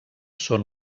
són